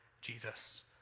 Jesus